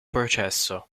processo